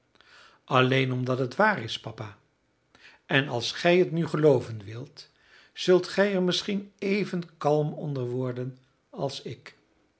alleen omdat het waar is papa en als gij het nu gelooven wilt zult gij er misschien even kalm onder worden als ik